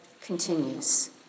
continues